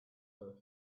her